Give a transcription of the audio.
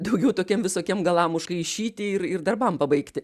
daugiau tokiem visokiem galam užkaišyti ir ir darbam pabaigti